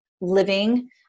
living